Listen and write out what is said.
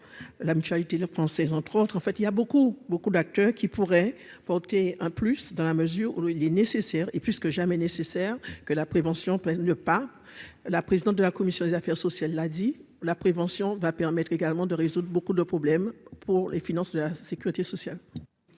la Mutualité, le français, entre autres, en fait, il y a beaucoup, beaucoup d'acteurs qui pourraient apporter un plus dans la mesure où il est nécessaire et plus que jamais nécessaire que la prévention pour ne pas la présidente de la commission des affaires sociales, a dit la prévention va permettre également de résoudre beaucoup de problèmes pour les finances de la Sécurité sociale.